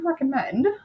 recommend